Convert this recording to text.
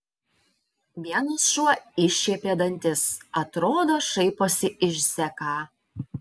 vienas šuo iššiepė dantis atrodo šaiposi iš zeką